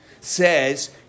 says